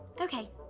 Okay